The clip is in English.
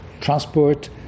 transport